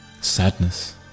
sadness